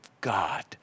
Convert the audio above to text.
God